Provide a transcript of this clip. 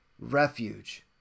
refuge